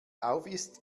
aufisst